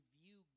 view